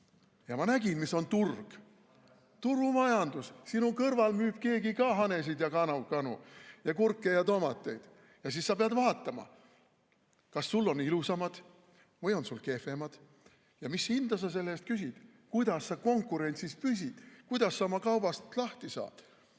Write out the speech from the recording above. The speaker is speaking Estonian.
Ma nägin, mis on turg, turumajandus. Sinu kõrval müüb keegi ka hanesid ja kanu ja kurke ja tomateid ning siis sa pead vaatama, kas sul on ilusamad või on sul kehvemad, ja mis hinda sa küsid, kuidas sa konkurentsis püsid, kuidas sa oma kaubast lahti saad.